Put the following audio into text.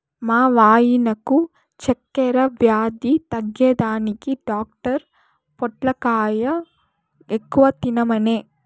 మా వాయినకు చక్కెర వ్యాధి తగ్గేదానికి డాక్టర్ పొట్లకాయ ఎక్కువ తినమనె